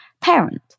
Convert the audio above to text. parent